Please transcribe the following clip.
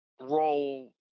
role